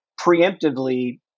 preemptively